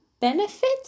benefit